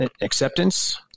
acceptance